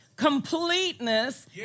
completeness